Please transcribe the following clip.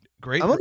great